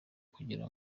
kugira